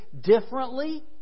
differently